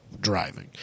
driving